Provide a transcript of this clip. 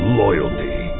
loyalty